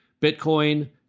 Bitcoin